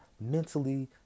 mentally